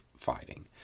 fighting